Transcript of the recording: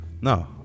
No